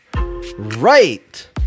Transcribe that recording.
right